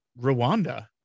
Rwanda